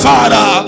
Father